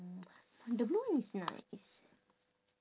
the blue one is nice